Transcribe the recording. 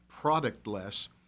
productless